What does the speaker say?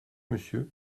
monsieur